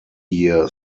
year